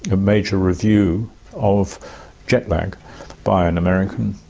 a major review of jetlag by an american,